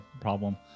problem